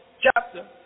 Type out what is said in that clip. chapter